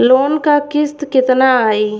Loan क किस्त कितना आई?